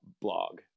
blog